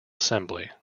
assembly